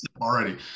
already